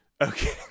Okay